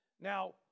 Now